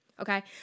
okay